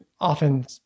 often